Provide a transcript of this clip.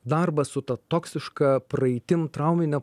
darbas su ta toksiška praeitim traumine